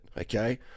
Okay